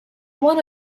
one